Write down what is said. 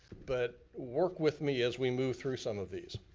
but work with me as we move through some of these.